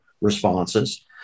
responses